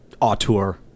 auteur